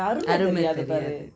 ஆறுமா தெரியாது:aaruma teriyathu